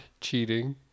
Cheating